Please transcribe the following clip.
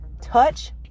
Touch